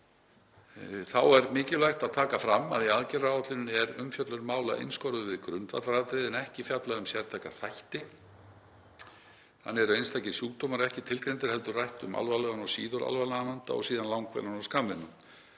Þá er mikilvægt að taka fram að í aðgerðaáætluninni er umfjöllun mála einskorðuð við grundvallaratriði en ekki fjallað um sértæka þætti. Þannig eru einstakir sjúkdómar ekki tilgreindir heldur rætt um alvarlegan og síður alvarlegan vanda og síðan langvinnan og skammvinnan.